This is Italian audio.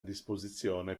disposizione